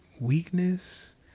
weakness